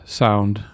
sound